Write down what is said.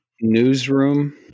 Newsroom